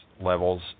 levels